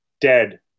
dead